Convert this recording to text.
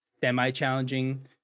semi-challenging